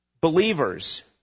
Believers